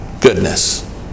goodness